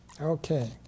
Okay